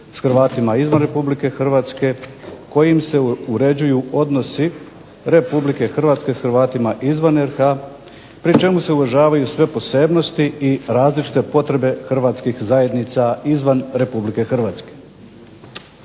s Hrvatima izvan Republike Hrvatske, kojim se uređuju odnosi Republike Hrvatske s Hrvatima izvan RH, pri čemu se uvažavaju sve posebnosti i različite potrebe hrvatskih zajednica izvan Republike Hrvatske.